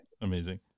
Amazing